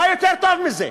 מה יותר טוב מזה?